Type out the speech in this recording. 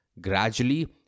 gradually